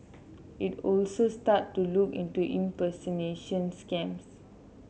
it will also start to look into impersonation scams